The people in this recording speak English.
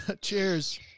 cheers